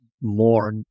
more